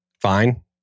Fine